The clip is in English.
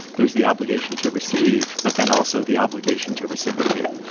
there's the obligation to receive but then also the obligation to reciprocate